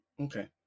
Okay